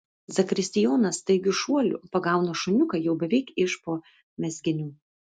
zakristijonas staigiu šuoliu pagauna šuniuką jau beveik iš po mezginių